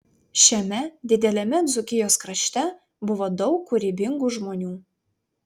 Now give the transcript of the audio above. šiame dideliame dzūkijos krašte buvo daug kūrybingų žmonių